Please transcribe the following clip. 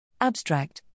Abstract